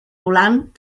volant